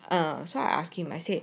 so I ask him I said